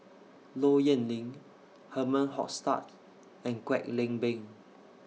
Low Yen Ling Herman Hochstadt and Kwek Leng Beng